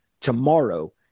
tomorrow